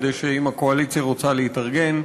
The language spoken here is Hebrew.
אם הקואליציה רוצה להתארגן,